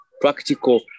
practical